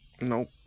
Nope